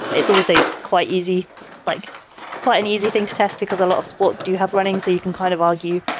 it's always a quite easy like quite an easy thing to test because a lot of sports do have running. so you can kind of argue,